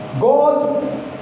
God